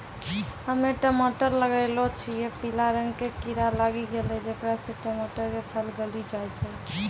हम्मे टमाटर लगैलो छियै पीला रंग के कीड़ा लागी गैलै जेकरा से टमाटर के फल गली जाय छै?